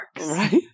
Right